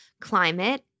climate